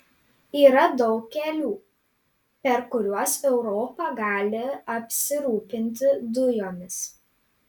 yra daug kelių per kuriuos europa gali apsirūpinti dujomis